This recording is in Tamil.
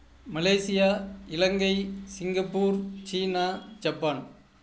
Malaysia Ilangai Singapore China Japan